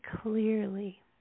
clearly